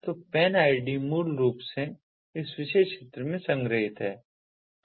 तो PAN ID मूल रूप से इस विशेष क्षेत्र में संग्रहीत है